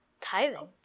Tithing